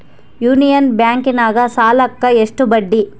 Union ಬ್ಯಾಂಕಿನಾಗ ಸಾಲುಕ್ಕ ಎಷ್ಟು ಬಡ್ಡಿ?